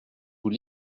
vous